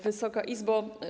Wysoka Izbo!